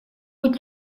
быть